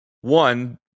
one